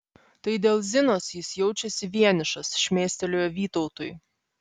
tai dėl zinos jis jaučiasi vienišas šmėstelėjo vytautui